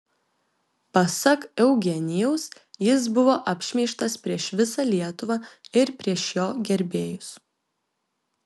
pasak eugenijaus jis buvo apšmeižtas prieš visą lietuvą ir prieš jo gerbėjus